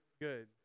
good